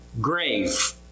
grave